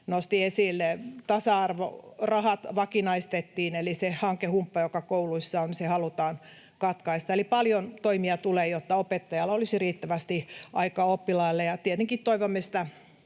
nosti esille. Tasa-arvorahat vakinaistettiin, eli se hankehumppa, joka kouluissa on, halutaan katkaista. Eli paljon toimia tulee, jotta opettajalla olisi riittävästi aikaa oppilaille. Tietenkin toivomme